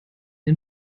den